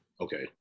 Okay